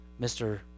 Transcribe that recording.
Mr